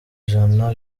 ijana